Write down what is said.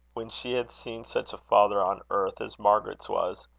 when she had seen such a father on earth as margaret's was.